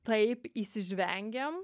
taip įsižvengėm